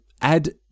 add